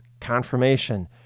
Confirmation